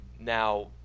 Now